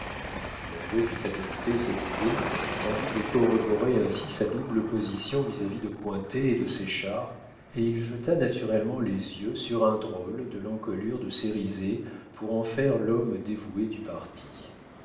l'avoué fit adopter cette idée en vue de corroborer ainsi sa double position vis-à-vis de cointet et de séchard et il jeta naturellement les yeux sur un drôle de l'encolure de cérizet pour en faire l'homme dévoué du parti